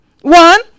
One